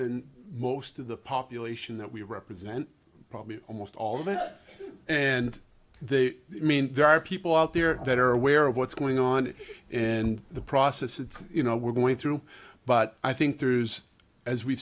than most of the population that we represent probably almost all of it and they mean there are people out there that are aware of what's going on and the process it's you know we're going through but i think there is as we